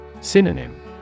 Synonym